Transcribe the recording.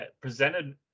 presented